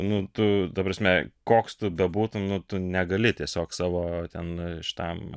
nu tu ta prasme koks tu bebūtum nu tu negali tiesiog savo ten šitam